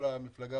בדיוק